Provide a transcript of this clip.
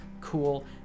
Cool